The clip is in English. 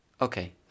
Okay